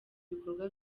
bikorwa